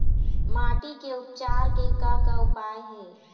माटी के उपचार के का का उपाय हे?